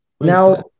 Now